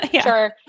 sure